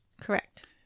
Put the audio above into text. Correct